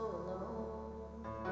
alone